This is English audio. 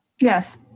Yes